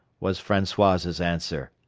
was francois's answer.